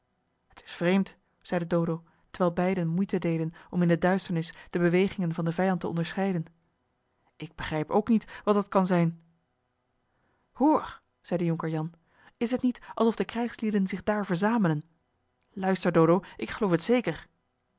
t is vreemd zeide dodo terwijl beiden moeite deden om in de duisternis de bewegingen van den vijand te onderscheiden ik begrijp ook niet wat dat kan zijn hoor zeide jonker jan is het niet alsof de krijgslieden zich daar verzamelen luister dodo ik geloof het zeker